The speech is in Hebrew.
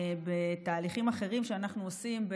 בתהליכים אחרים שאנחנו עושים,